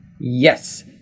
Yes